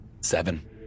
Seven